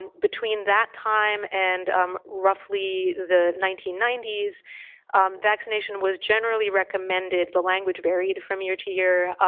and between that time and um roughly the nineteen ninety s vaccination was generally recommended, the language varied from year to year,